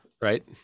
right